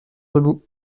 debout